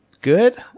good